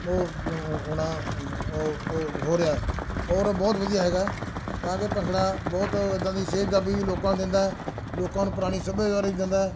ਉਹ ਉਹਨਾਂ ਉਹ ਉਹ ਹੋ ਰਿਹਾ ਔਰ ਬਹੁਤ ਵਧੀਆ ਹੈਗਾ ਤਾਂ ਕਿ ਭੰਗੜਾ ਬਹੁਤ ਇੱਦਾਂ ਦੀ ਸਿਹਤ ਜਾਬੀ ਲੋਕਾਂ ਨੂੰ ਦਿੰਦਾ ਲੋਕਾਂ ਨੂੰ ਪੁਰਾਣਾ ਸੱਭਿਆਚਾਰ ਦਿੰਦਾ